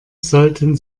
sollten